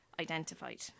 identified